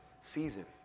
season